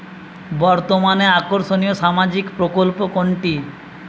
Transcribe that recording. বর্তমানে আকর্ষনিয় সামাজিক প্রকল্প কোনটি?